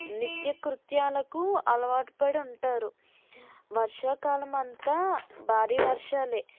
నిత్యకృత్యాలకు అలవాటు పడి ఉంటారు వర్షాకాలం అంతా భారీ వర్షాలే